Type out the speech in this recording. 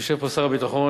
יושב פה שר הביטחון,